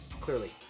clearly